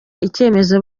icyemezo